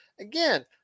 Again